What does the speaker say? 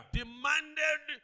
demanded